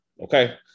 Okay